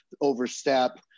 overstep